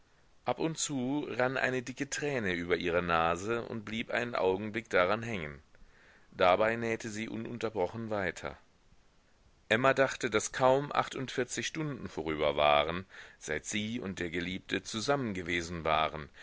ab und zu rann eine dicke träne über ihre nase und blieb einen augenblick daran hängen dabei nähte sie ununterbrochen weiter emma dachte daß kaum achtundvierzig stunden vorüber waren seit sie und der geliebte zusammengewesen waren